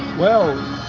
well,